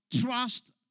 trust